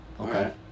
Okay